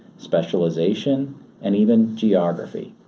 specialization and even geography.